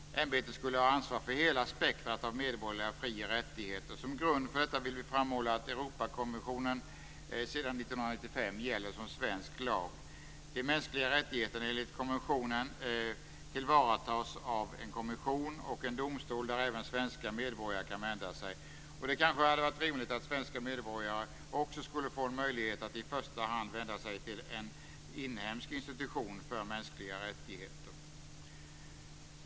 Ämbetet skulle ha ansvar för hela spektrumet av medborgerliga fri och rättigheter. Som grund för detta vill vi framhålla att Europakonventionen sedan 1995 gäller som svensk lag. De mänskliga rättigheterna tillvaratas, enligt konventionen, av en kommission och en domstol dit även svenska medborgare kan vända sig. Det hade kanske varit rimligt att svenska medborgare också skulle få en möjlighet att i första hand vända sig till en inhemsk institution för mänskliga rättigheter.